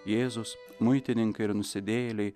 jėzus muitininkai ir nusidėjėliai